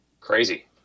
Crazy